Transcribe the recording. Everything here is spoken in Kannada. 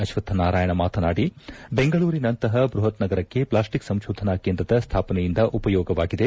ಅಶ್ವತ್ನಾರಾಯಣ ಮಾತನಾಡಿ ಬೆಂಗಳೂರಿನಂತಹ ಬೃಹತ್ ನಗರಕ್ಕೆ ಪ್ಲಾಸ್ಟಿಕ್ ಸಂಶೋಧನಾ ಕೇಂದ್ರದ ಸ್ವಾಪನೆಯಿಂದ ಉಪಯೋಗವಾಗಿದೆ